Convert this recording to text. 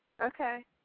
Okay